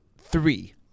three